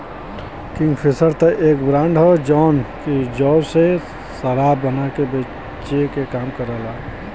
Kingfisher त एक brand हौ जौन की जौ से शराब बना के बेचे क काम करला